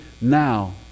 now